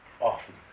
often